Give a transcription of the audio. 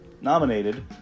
nominated